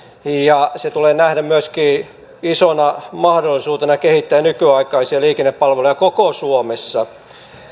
ja se tulee nähdä myöskin isona mahdollisuutena kehittää nykyaikaisia liikennepalveluja koko suomessa